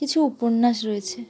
কিছু উপন্যাস রয়েছে